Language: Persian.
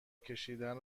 کشیدن